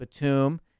Batum